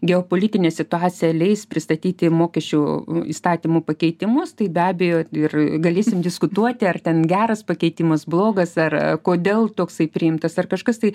geopolitinė situacija leis pristatyti mokesčių įstatymų pakeitimus tai be abejo ir galėsim diskutuoti ar ten geras pakeitimas blogas ar kodėl toksai priimtas ar kažkas tai